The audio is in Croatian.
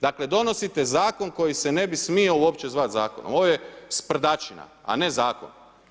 Dakle donosite zakon, koji se ne bi smio uopće zvati zakon, a ovo je sprdačina, a ne zakon.